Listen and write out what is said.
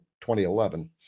2011